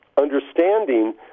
understanding